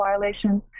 violations